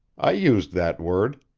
i used that word.